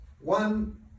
one